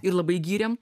ir labai gyrėm